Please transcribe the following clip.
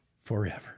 forever